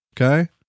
Okay